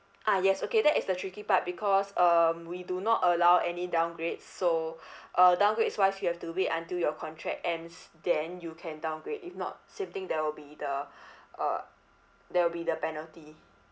ah yes okay that is the tricky part because um we do not allow any downgrades so uh downgrades wise you have to wait until your contract ends then you can downgrade if not same thing there will be the uh there will be the penalty